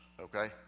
Okay